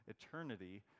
eternity